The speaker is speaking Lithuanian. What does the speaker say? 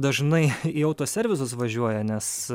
dažnai į autoservisus važiuoja nes